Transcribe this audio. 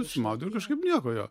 išsimaudai ir kažkaip nieko jo